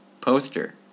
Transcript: poster